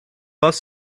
bus